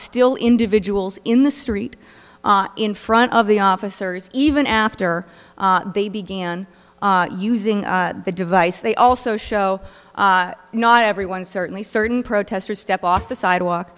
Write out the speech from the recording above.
still individuals in the street in front of the officers even after they began using the device they also show not everyone certainly certain protesters step off the sidewalk